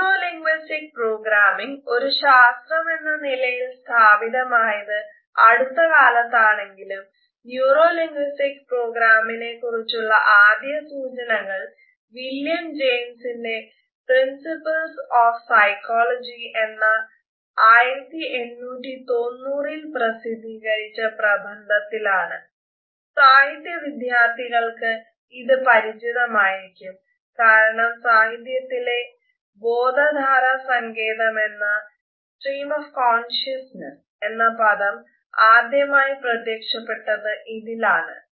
neuro linguistic programming ഒരു ശാസ്ത്രമെന്ന നിലയിൽ സ്ഥാപിതമായത് അടുത്ത കാലത്താണെങ്കിലും ന്യൂറോ ലിംഗ്വിസ്റ്റിക് പ്രോഗ്രാമിങ്ങിനെ കുറിച്ചുള്ള ആദ്യ സൂചനകൾ വില്യം ജയിംസിന്റെ പ്രിൻസിപ്പൽസ് ഓഫ് സൈക്കോളജി പദം ആദ്യമായി പ്രത്യക്ഷപ്പെട്ടത് ഇതിലാണ്